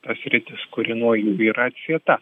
ta sritis kuri nuo jų yra atsieta